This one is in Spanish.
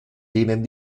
tienen